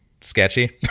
sketchy